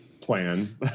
plan